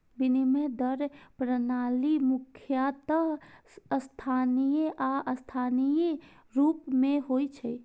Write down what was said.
विनिमय दर प्रणाली मुख्यतः स्थायी आ अस्थायी रूप मे होइ छै